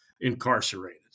incarcerated